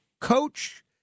coach